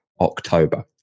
October